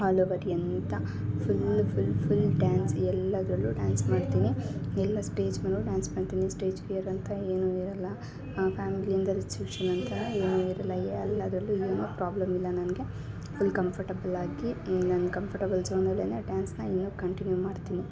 all over ಎಂತಾ full full dance ಎಲ್ಲದರಲ್ಲೂ dance ಮಾಡ್ತೀನಿ ಎಲ್ಲಾ ಸ್ಟೇಜ್ ಮೇಲು ಡ್ಯಾನ್ಸ್ ಮಾಡ್ತೀನಿ ಸ್ಟೇಜ್ ಫಿಯರ್ ಅಂತ ಏನು ಇರಲ್ಲ ಫ್ಯಾಮಿಲಿಯಿಂದ ರಿಸ್ಟ್ರಿಕ್ಷನ್ ಅಂತ ಏನು ಇರಲ್ಲ ಎಲ್ಲಾದರಲ್ಲೂ ಏನು ಪ್ರಾಬ್ಲಮ್ ಇಲ್ಲ ನನಗೆ ಫುಲ್ ಕಂಫರ್ಟೇಬಲ್ ಆಗಿ ನನ್ನ ಕಂಫರ್ಟೆಬಲ್ ಜೋನ್ ಅಲ್ಲೆಯೇ ಡ್ಯಾನ್ಸ್ನ ಇನ್ನು ಕಂಟಿನ್ಯು ಮಾಡ್ತೀನಿ